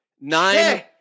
nine